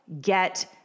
Get